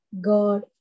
God